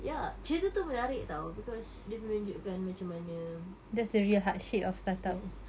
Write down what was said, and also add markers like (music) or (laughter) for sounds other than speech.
ya cerita tu menarik [tau] because dia menunjukkan macam mana (noise) yes